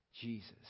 Jesus